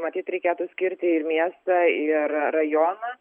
matyt reikėtų skirti ir miestą ir rajoną